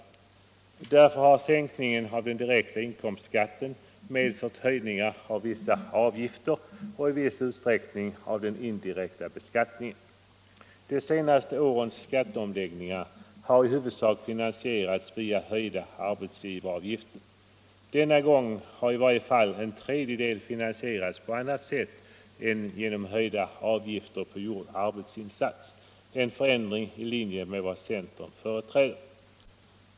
Därför har sänkningen av den direkta inkomstskatten medfört höjningar av vissa avgifter och i viss utsträckning av den indirekta beskattningen. De senaste årens skatteomläggningar har i huvudsak finansierats via höjda arbetsgivaravgifter. Denna gång har i varje fall en tredjedel finansierats på annat sätt än genom höjda avgifter på gjord arbetsinsats, en förändring i linje med vad centern företräder.